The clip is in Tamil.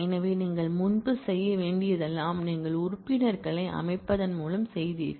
எனவே நீங்கள் முன்பு செய்ய வேண்டியதெல்லாம் நீங்கள் உறுப்பினர்களை அமைப்பதன் மூலம் செய்தீர்கள்